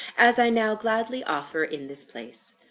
as i now gladly offer in this place.